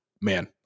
man